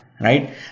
right